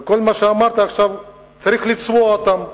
וכל מה שאמרת עכשיו צריך לצבוע אותם.